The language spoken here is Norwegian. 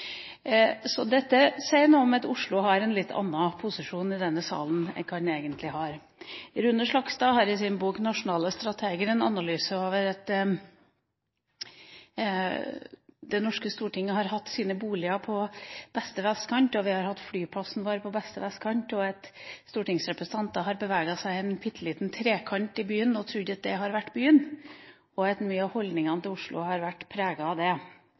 Så dette sier noe om at Oslo har en litt annen posisjon i denne salen enn hva den egentlig har. Rune Slagstad har i sin bok De nasjonale strateger en analyse av dette: Det norske Stortinget har hatt sine boliger på beste vestkant, vi har hatt flyplassen vår på beste vestkant, og stortingsrepresentanter har beveget seg i en bitte liten trekant i byen og trodd at det har vært byen. Mye av holdningene til Oslo har vært preget av det.